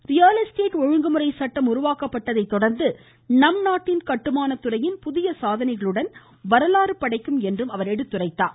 real estate ஒழுங்குமுறை சட்டம் உருவாக்கப்பட்டதைத் தொடர்ந்து நம் நாட்டின் கட்டுமானத்துறையின் புதிய சாதனைகளுடன் வரலாறு படைக்கும் என்றும் அவர் எடுத்துரைத்தார்